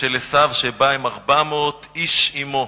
של עשיו שבא ו-400 איש עמו.